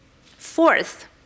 Fourth